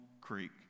creek